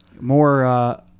more